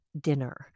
dinner